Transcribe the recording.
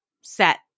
set